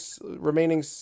remaining